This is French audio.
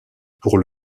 pour